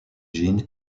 jin